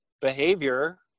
behavior